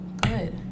good